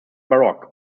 baroque